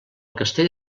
castell